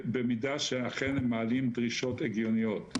במידה שאכן הם מעלים דרישות הגיוניות,